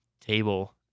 table